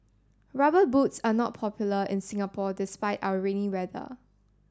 rubber boots are not popular in Singapore despite our rainy weather